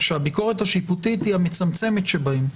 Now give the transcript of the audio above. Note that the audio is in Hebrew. שהביקורת השיפוטית היא המצמצמת שבהן.